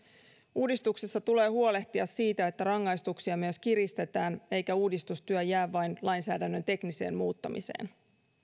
uudistuksessa tulee huolehtia siitä että rangaistuksia myös kiristetään eikä uudistustyö jää vain lainsäädännön tekniseen muuttamiseen